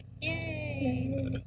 Yay